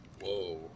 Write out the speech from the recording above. Whoa